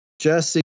Jesse